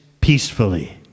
peacefully